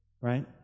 right